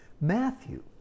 Matthew